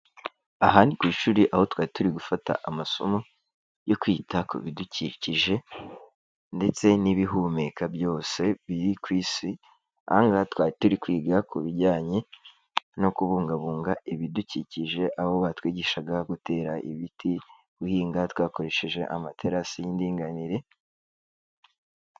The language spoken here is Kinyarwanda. Aha ni ku ishuri aho twari turi gufata amasomo yo kwita ku bidukikije ndetse n'ibihumeka byose biri ku isi. Aha ngaha twari turi kwiga ku bijyanye no kubungabunga ibidukikije, aho batwigishaga gutera ibiti, guhinga twakoresheje amaterasi y'indinganire...